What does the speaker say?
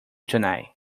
tonight